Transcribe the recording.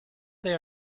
they